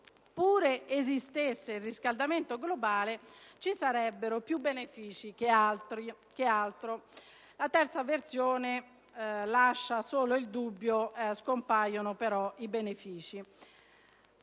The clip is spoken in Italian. seppure esistesse il riscaldamento globale, se ne ricaverebbero più benefici che altro. La terza versione lascia solo il dubbio, scompaiono però i benefici.